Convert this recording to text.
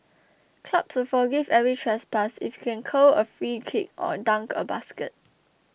clubs will forgive every trespass if you can curl a free kick or dunk a basket